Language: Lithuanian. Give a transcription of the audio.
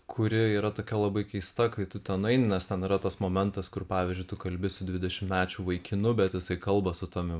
kuri yra tokia labai keista kai tu ten nueini nes ten yra tas momentas kur pavyzdžiui tu kalbi su dvidešimtmečiu vaikinu bet jisai kalba su tavim